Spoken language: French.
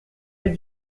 est